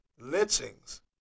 lynchings